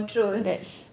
that's